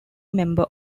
member